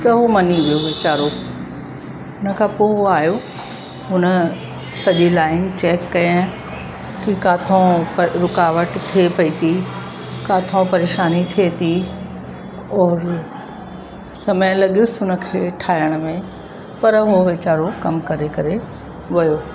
त हू मञी वियो विचारो हुन खां पोइ हू आयो हुन सॼी लाइन चैक कयांई कि किथां रूकावट थिए पई थी किथां परेशानी थिए थी और समय लगियोसि हुन खे ठाहिण में पर हू विचारो कम करे करे वियो